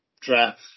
draft